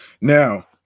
Now